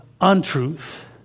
untruth